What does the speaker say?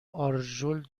آرژول